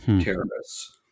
terrorists